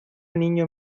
niño